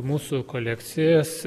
mūsų kolekcijas